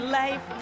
life